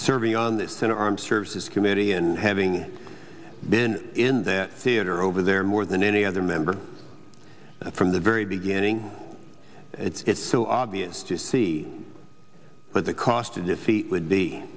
serving on the senate armed services committee and having been in that theater over there more than any other member from the very beginning it's so obvious to see what the cost to defeat would be